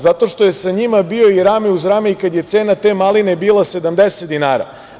Zato što je sa njima bio i rame uz rame i kada je cena te maline bila 70 dinara.